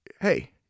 hey